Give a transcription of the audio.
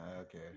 okay